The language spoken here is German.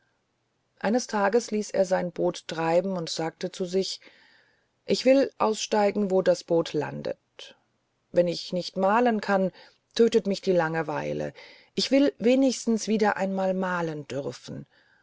eines tages ließ er sein boot treiben und sagte zu sich ich will aussteigen wo das boot landet wenn ich nicht malen kann tötet mich die langeweile ich will wenigstens wieder einmal malen dürfen